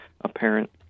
apparent